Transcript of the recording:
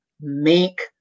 make